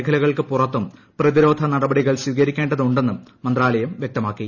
മേഖലകൾക്ക് പുറത്തും പ്രതിരോധ നടപടികൾ സ്വീകരിക്കേണ്ടതുണ്ടെന്നും മന്ത്രാലയം വൃക്തമാക്കി